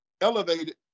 elevated